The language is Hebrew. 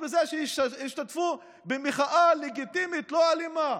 מזה שהשתתפו במחאה לגיטימית לא אלימה.